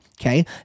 Okay